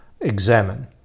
examine